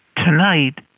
Tonight